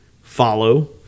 follow